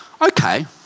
Okay